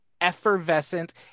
effervescent